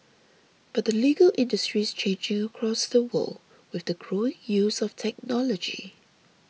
but the legal industry is changing across the world with the growing use of technology